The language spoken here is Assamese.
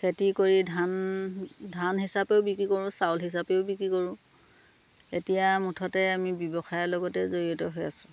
খেতি কৰি ধান ধান হিচাপেও বিক্ৰী কৰোঁ চাউল হিচাপেও বিক্ৰী কৰোঁ এতিয়া মুঠতে আমি ব্যৱসায়ৰ লগতে জড়িত হৈ আছোঁ